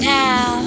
now